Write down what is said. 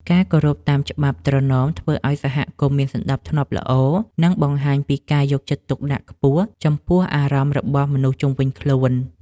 ការគោរពតាមច្បាប់ត្រណមធ្វើឱ្យសហគមន៍មានសណ្តាប់ធ្នាប់ល្អ និងបង្ហាញពីការយកចិត្តទុកដាក់ខ្ពស់ចំពោះអារម្មណ៍របស់មនុស្សជុំវិញខ្លួន។